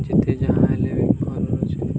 ଯେତେ ଯାହା ହେଲେ ବି ଘରର ଚିନ୍ତା